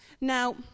Now